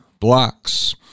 Blocks